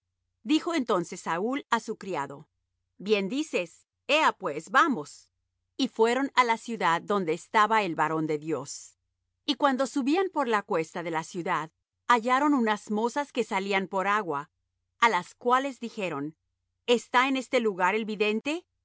dijo entonces saúl á su criado bien dices ea pues vamos y fueron á la ciudad donde estaba el varón de dios y cuando subían por la cuesta de la ciudad hallaron unas mozas que salían por agua á las cuales dijeron está en este lugar el vidente